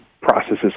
processes